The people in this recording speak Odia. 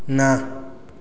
ନା